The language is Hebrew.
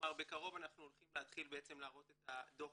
כלומר בקרוב אנחנו הולכים להתחיל להראות את דו"ח